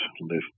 live